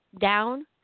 down